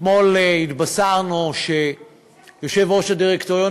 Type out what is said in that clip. אתמול התבשרנו שיושב-ראש הדירקטוריון